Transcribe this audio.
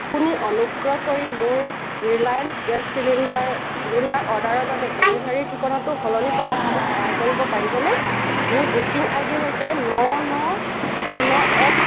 আপুনি অনুগ্ৰহ কৰি মোৰ ৰিলায়েঞ্চ গেছ চিলিণ্ডাৰ অৰ্ডাৰৰ বাবে ডেলিভাৰীৰ ঠিকনাটো সলনি কৰাত মোক সহায় কৰিব পাৰিবনে মোৰ বুকিং আই ডি হৈছে ন ন শূন্য এক